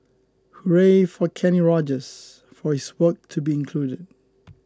hooray for Kenny Rogers for his work to be included